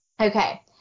Okay